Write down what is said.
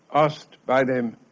asked by them,